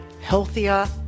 healthier